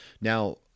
Now